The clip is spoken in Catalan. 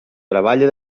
treballa